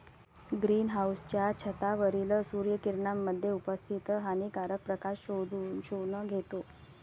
green हाउसच्या छतावरील सूर्य किरणांमध्ये उपस्थित हानिकारक प्रकाश शोषून घेतो